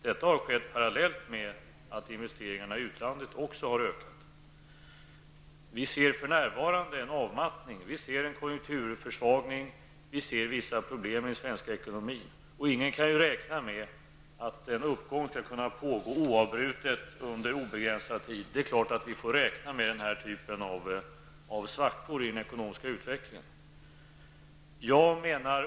Detta har skett parallellt med att investeringarna också i utlandet har ökat. Vi ser för närvarande en avmattning, vi ser en konjunkturförsvagning, och vi ser vissa problem i den svenska ekonomin. Ingen kan ju räkna med att en uppgång skall pågå oavbrutet under obegränsad tid. Det är klart att vi får räkna med denna typ av svackor i den ekonomiska utvecklingen.